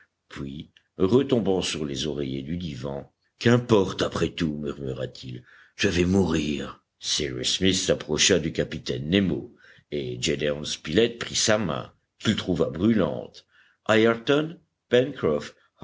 puis retombant sur les oreillers du divan qu'importe après tout murmura-t-il je vais mourir cyrus smith s'approcha du capitaine nemo et gédéon spilett prit sa main qu'il trouva brûlante ayrton